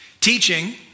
Teaching